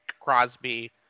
Crosby